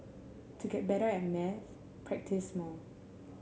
to get better at maths practise more